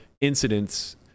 incidents